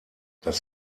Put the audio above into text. das